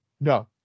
No